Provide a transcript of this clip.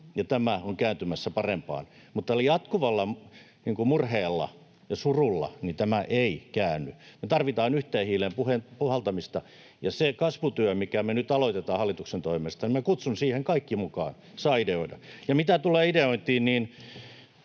tämä on kääntymässä parempaan. Mutta jatkuvalla murheella ja surulla tämä ei käänny. Me tarvitaan yhteen hiileen puhaltamista, ja siihen kasvutyöhön, mikä me nyt aloitetaan hallituksen toimesta, minä kutsun kaikki mukaan, saa ideoida. Ja mitä tulee ideointiin, niin